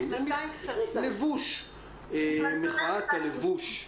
מחאת הלבוש.